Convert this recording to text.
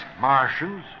Martians